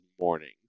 morning